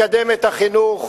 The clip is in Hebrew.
לקדם את החינוך,